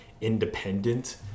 independent